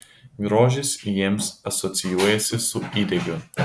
grožis jiems asocijuojasi su įdegiu